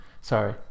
sorry